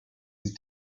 sie